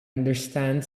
understand